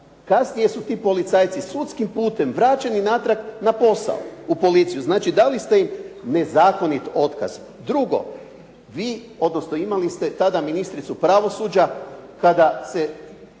Kasnije su ti policajci sudskim putem vraćeni natrag na posao u policiju. Znači dali ste im nezakonit otkaz. Drugo, vi odnosno imali ste tada ministricu pravosuđa, kada se